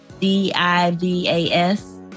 D-I-V-A-S